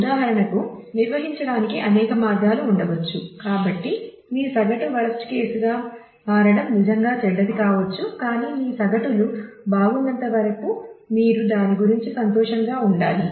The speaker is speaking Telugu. ఉదాహరణకు నిర్వహించడానికి అనేక మార్గాలు ఉండవచ్చు కాబట్టి మీ సగటు వరస్ట్ కేసుగా మారడం నిజంగా చెడ్డది కావచ్చు కానీ మీ సగటులు బాగున్నంతవరకు మీరు దాని గురించి సంతోషంగా ఉండాలి